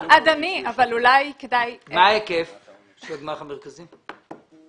מה ההיקף של הגמ"ח המרכזי?